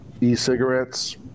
e-cigarettes